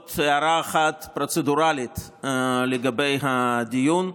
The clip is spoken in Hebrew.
יש לי עוד הערה אחת פרוצדורלית לגבי הדיון.